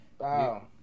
Wow